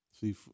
See